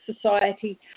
society